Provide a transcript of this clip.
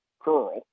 curl